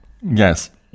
Yes